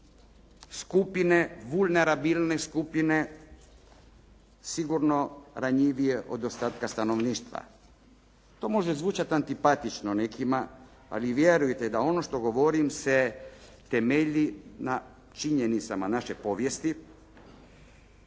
skupine, vulnerabilne skupine sigurno ranjivije od ostatka stanovništva. To može zvučati antipatično nekima, ali vjerujte da ono što govorim se temelji na činjenicama naše povijesti